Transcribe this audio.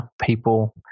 people